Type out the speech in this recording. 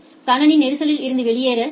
கணினி நெரிசலில் இருந்து வெளியேற டி